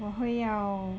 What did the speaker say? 我会要